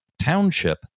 Township